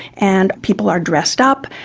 and people are dressed up,